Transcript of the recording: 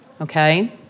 okay